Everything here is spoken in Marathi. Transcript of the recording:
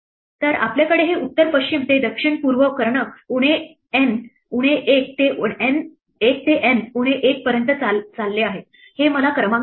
तर आपल्याकडे हे उत्तर पश्चिम ते दक्षिण पूर्व कर्ण उणे N उणे 1 ते N उणे 1 पर्यंत चालत आहेत हे मला क्रमांक देते